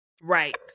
Right